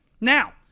Now